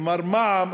כלומר במע"מ,